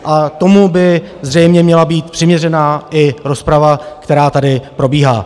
A k tomu by zřejmě měla být přiměřená i rozprava, která tady probíhá.